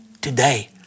today